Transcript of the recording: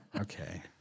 okay